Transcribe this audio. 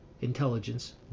intelligence